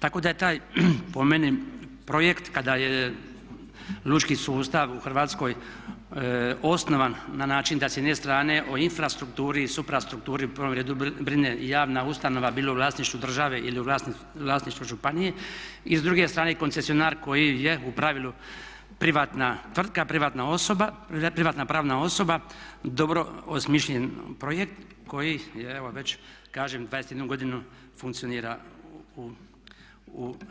Tako da je taj po meni projekt kada je lučki sustav u Hrvatskoj osnovan na način da s jedne strane o infrastrukturi i suprastrukturi u prvom redu brine javna ustanova bilo u vlasništvu države ili u vlasništvu županije i s druge strane koncesionar koji je u pravilu privatna tvrtka, privatna osoba, privatna pravna osoba dobro osmišljen projekt koji je evo već 21 godinu funkcionira u